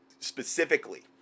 specifically